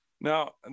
Now